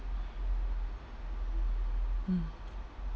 hmm